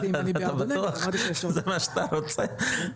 אתה בטוח שזה מה שאתה רוצה?